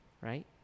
right